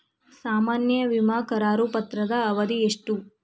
ಸಾಮಾನ್ಯ ವಿಮಾ ಕರಾರು ಪತ್ರದ ಅವಧಿ ಎಷ್ಟ?